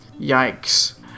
Yikes